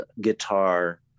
guitar